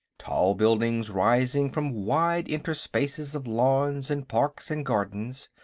tall buildings, rising from wide interspaces of lawns and parks and gardens,